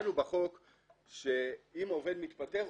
וקבענו בחוק שאם עובד מתפטר,